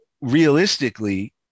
realistically